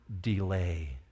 delay